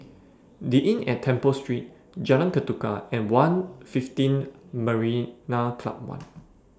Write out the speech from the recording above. The Inn At Temple Street Jalan Ketuka and one'L fifteen Marina Club one